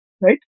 right